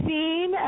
Seen